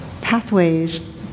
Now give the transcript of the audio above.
pathways